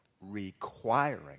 requiring